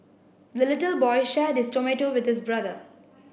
the little boy shared his tomato with his brother